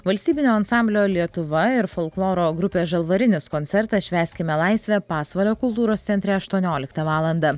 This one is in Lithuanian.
valstybinio ansamblio lietuva ir folkloro grupė žalvarinis koncertas švęskime laisvę pasvalio kultūros centre aštuonioliktą valandą